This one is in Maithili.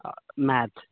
आओर मैथ